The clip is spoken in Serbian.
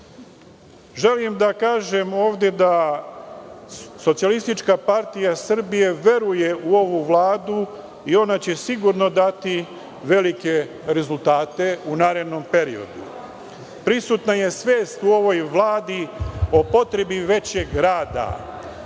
da kažem da Socijalistička partija Srbije veruje u ovu vladu i ona će sigurno dati velike rezultate u narednom periodu. Prisutna je svest u ovoj vladi o potrebi većeg rada.